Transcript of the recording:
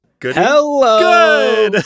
Hello